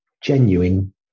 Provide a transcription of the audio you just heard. genuine